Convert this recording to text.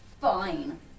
fine